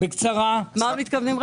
מה מתכוונים?